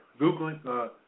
googling